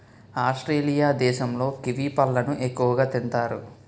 Australia దేశంలో kiwi పళ్ళను ఎక్కువగా తింతారు